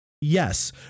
Yes